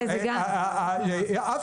אף